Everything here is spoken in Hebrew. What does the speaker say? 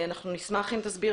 אנחנו נשמח אם תוכל